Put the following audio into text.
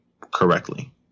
correctly